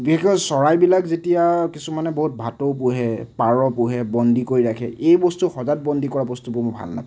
বিশেষকৈ চৰাইবিলাক যেতিয়া কিছুমানে বহুত ভাটৌ পোহে পাৰ পোহে বন্দী কৰি ৰাখে এই বস্তু সজাত বন্দী কৰা বস্তুবোৰ মই ভাল নাপাওঁ